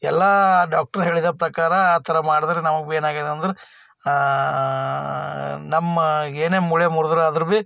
ಎಲ್ಲ ಡಾಕ್ಟ್ರು ಹೇಳಿದ ಪ್ರಕಾರ ಆ ಥರ ಮಾಡಿದ್ರೆ ನಾವು ಭೀ ಏನಾಗಿದೆ ಅಂದ್ರೆ ನಮ್ಮ ಏನೇ ಮೂಳೆ ಮುರಿದ್ರು ಆದ್ರು ಭೀ